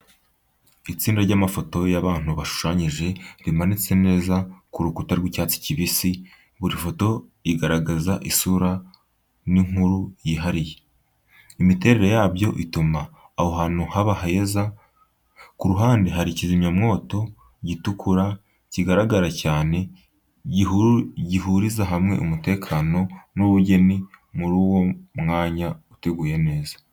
Itsinda ry'amafoto y’abantu bashushanyije rimanitse neza ku rukuta rw’icyatsi kibisi, buri foto igaragaza isura n’inkuru yihariye. Imiterere yabyo ituma aho hantu haba heza. Ku ruhande, hari kizimyamoto gitukura kigaragara cyane, gihuriza hamwe umutekano n'ubugeni muri uwo mwanya uteguye neza.